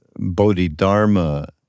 Bodhidharma